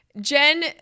Jen